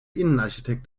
innenarchitekt